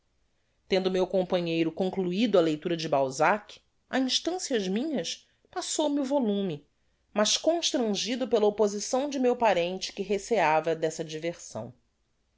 tendo meu companheiro concluido a leitura de balzac á instancias minhas passou-me o volume mas constrangido pela opposição de meu parente que receiava dessa diversão